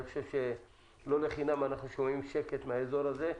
אני חושב שלא לחינם אנחנו שומעים שקט מהאזור הזה,